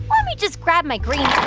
let me just grab my green yeah